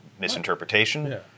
misinterpretation